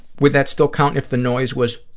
would that still count if the noise was?